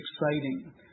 exciting